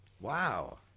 Wow